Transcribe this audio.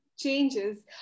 changes